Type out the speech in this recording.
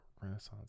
Renaissance